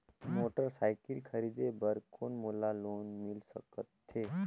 Motorcycle खरीदे बर कौन मोला लोन मिल सकथे?